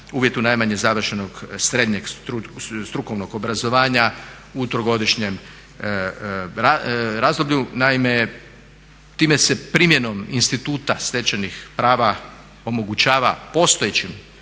uvjetu najmanje završenog srednjeg strukovnog obrazovanja u trogodišnjem razdoblju. Naime, time se primjenom instituta stečenih prava omogućava postojećim